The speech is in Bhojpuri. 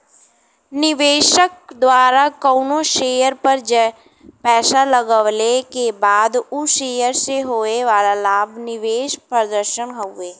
निवेशक द्वारा कउनो शेयर पर पैसा लगवले क बाद उ शेयर से होये वाला लाभ निवेश प्रदर्शन हउवे